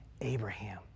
Abraham